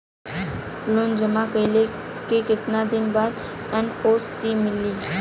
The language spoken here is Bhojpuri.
लोन जमा कइले के कितना दिन बाद एन.ओ.सी मिली?